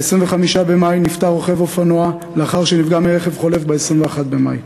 ב-25 במאי נפטר רוכב אופנוע לאחר שנפגע מרכב חולף ב-21 במאי.